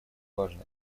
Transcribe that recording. важно